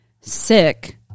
sick